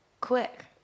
quick